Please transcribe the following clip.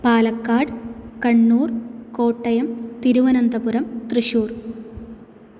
Palakkad Kannur Kottayam Thiruvananthapuram Thrissur